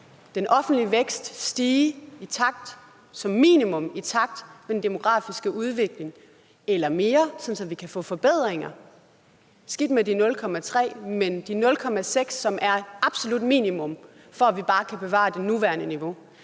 den offentlige vækst som minimum stige i takt med den demografiske udvikling eller mere, sådan at vi kan få forbedringer? Skidt med de 0,3 pct., men de 0,6 pct., som er et absolut minimum, bare for at vi kan bevare det nuværende niveau,